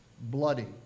bloody